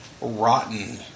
rotten